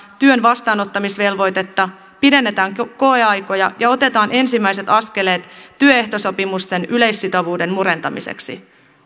työn vastaanottamisvelvoitetta pidennetään koeaikoja ja otetaan ensimmäiset askeleet työehtosopimusten yleissitovuuden murentamiseksi